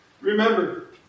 remember